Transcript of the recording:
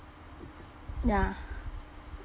ya